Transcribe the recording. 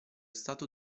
stato